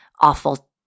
awful